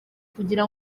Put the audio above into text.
kugira